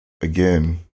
again